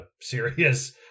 serious